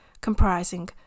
comprising